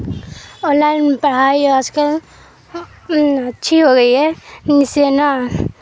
on line پڑھائی آج کل اچھی ہو گئی ہے اس لیے نا